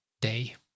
day